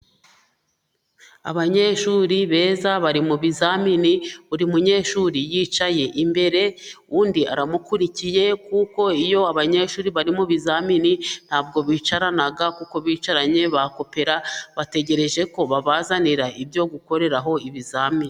Abanyeshuri beza bari mu bizamini， buri munyeshuri yicaye imbere， undi aramukurikiye， kuko iyo abanyeshuri bari muzamini，ntabwo bicarana， kuko bicaranye bakopera，bategereje ko babazanira ibyo gukoreraho ibizamini.